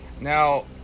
now